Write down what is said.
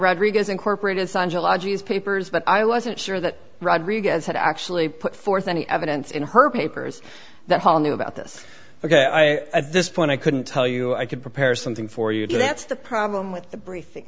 rodriguez incorporated scientology is papers but i wasn't sure that rodriguez had actually put forth any evidence in her papers that paul knew about this ok i at this point i couldn't tell you i could prepare something for you that's the problem with the briefing